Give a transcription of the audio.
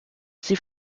sie